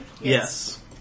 Yes